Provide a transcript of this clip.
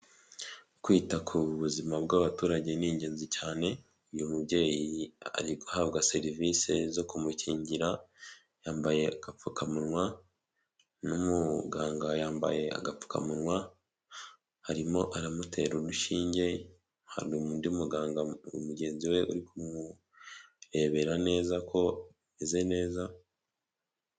Kwita ku buzima bw'abaturage ni ingenzi cyane uyu mubyeyi ari guhabwa serivisi zo kumukingira yambaye agapfukamunwa n'umuganga yambaye agapfukamunwa arimo aramutera urushinge hari undi muganga mugenzi we uri kumurebera neza ko ameze neza.